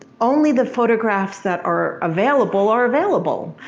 only the photographs that are available are available.